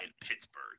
Pittsburgh